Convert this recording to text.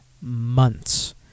months